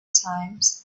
times